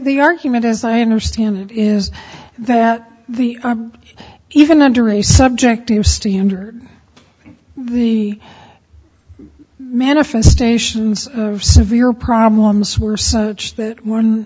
the argument as i understand it is that the even under a subjective standard the manifestations of severe problems were such that one